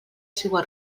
seua